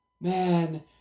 Man